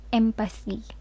empathy